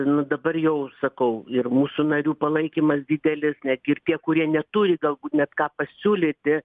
nu dabar jau sakau ir mūsų narių palaikymas didelis netgi ir tie kurie neturi galbūt net ką pasiūlyti